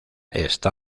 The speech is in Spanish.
está